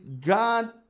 God